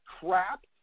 crap